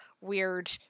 weird